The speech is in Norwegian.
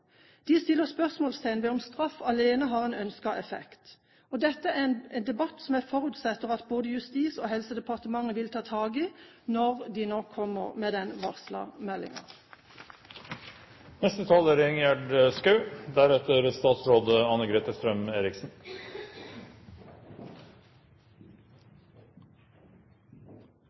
De setter spørsmålstegn ved om straff alene har en ønsket effekt. Dette er en debatt som jeg forutsetter at både Justisdepartement og Helsedepartementet vil ta tak i når man kommer med den varslede meldingen. Man kan jo alltids tro at nasjonalforsamlingen har styring med spesialisthelsetjenesten. Så er